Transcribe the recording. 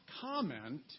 comment